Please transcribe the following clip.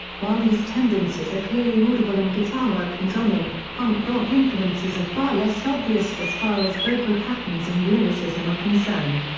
while these tendencies are clearly audible in guitarwork and drumming, punk rock influences are far less obvious as far as vocal patterns and lyricism are concerned.